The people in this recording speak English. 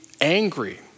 angry